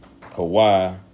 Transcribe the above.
Kawhi